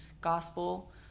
gospel